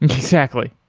exactly.